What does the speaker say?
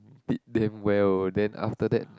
did damn well then after that